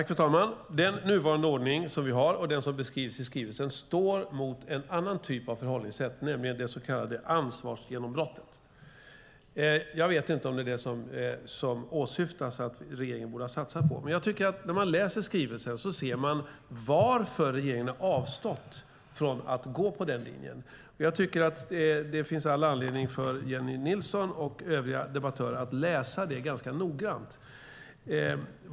Fru talman! Den nuvarande ordningen och den som beskrivs i skrivelsen står mot en annan typ av förhållningssätt, nämligen det så kallade ansvarsgenombrottet. Jag vet inte om det är det som åsyftas när det gäller det regeringen borde ha satsat på. Jag tycker att man när man läser skrivelsen ser varför regeringen avstått från att gå på den linjen. Det finns all anledning för Jennie Nilsson och övriga debattörer att ganska noga läsa det.